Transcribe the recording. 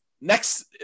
next